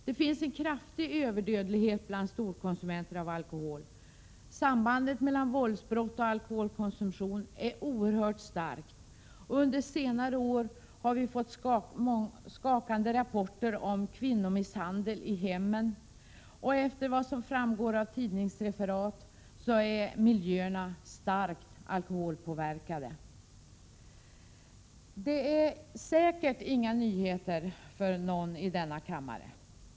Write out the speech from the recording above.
Det finns en kraftig överdödlighet bland storkonsumenter av alkohol, sambandet mellan våldsbrott och alkoholkonsumtion är oerhört starkt — under senare tid har vi fått skakande rapporter om kvinnomisshandel i hemmen — och enligt vad som framgår av tidningsreferat är många miljöer starkt alkoholpåverkade. Detta är säkert inga nyheter för någon i denna kammare.